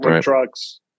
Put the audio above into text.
trucks